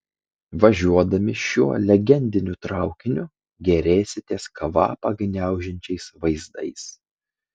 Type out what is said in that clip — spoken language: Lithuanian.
važiuodami šiuo legendiniu traukiniu gėrėsitės kvapą gniaužiančiais vaizdais